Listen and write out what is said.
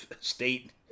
state